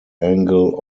angle